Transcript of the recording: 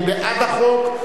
מי בעד החוק?